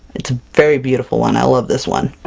it's a very beautiful one, i love this one!